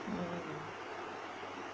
mm